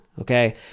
Okay